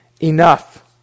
Enough